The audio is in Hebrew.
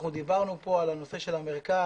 דיברנו כאן על הנושא של המרכז,